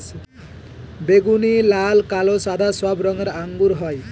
বেগুনি, লাল, কালো, সাদা সব রঙের আঙ্গুর হয়